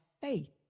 faith